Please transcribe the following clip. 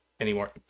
anymore